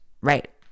right